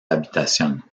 habitación